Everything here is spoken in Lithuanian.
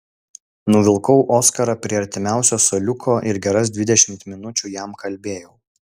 nuvilkau oskarą prie artimiausio suoliuko ir geras dvidešimt minučių jam kalbėjau